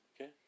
okay